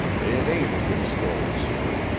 it ain't a good story, sir,